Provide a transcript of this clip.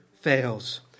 fails